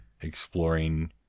exploring